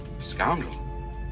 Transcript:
Scoundrel